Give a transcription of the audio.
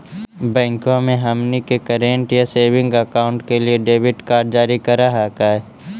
बैंकवा मे हमनी के करेंट या सेविंग अकाउंट के लिए डेबिट कार्ड जारी कर हकै है?